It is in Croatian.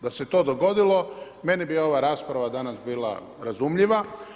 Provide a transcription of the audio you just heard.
Da se to dogodilo, meni bi ova rasprava danas bila razumljiva.